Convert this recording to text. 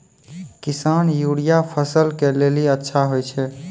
किसान यूरिया फसल के लेली अच्छा होय छै?